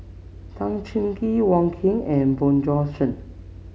Tan Cheng Kee Wong Keen and Bjorn Shen